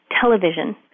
television